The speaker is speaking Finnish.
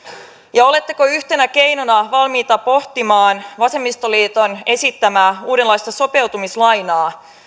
ja oletteko yhtenä keinona valmiita pohtimaan vasemmistoliiton esittämää uudenlaista sopeutumislainaa